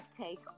take